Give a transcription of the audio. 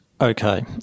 Okay